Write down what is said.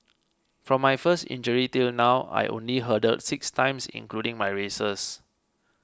from my first injury till now I only hurdled six times including my races